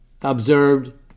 observed